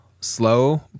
slow